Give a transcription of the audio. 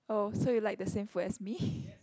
oh so you like the same food as me